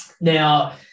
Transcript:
Now